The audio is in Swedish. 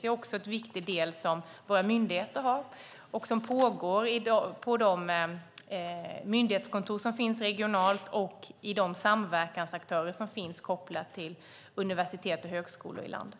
Det är också en viktig uppgift som våra myndigheter har och något som pågår på de myndighetskontor som finns regionalt och via de samverkansaktörer som finns kopplade till universitet och högskolor i landet.